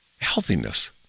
healthiness